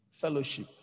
fellowship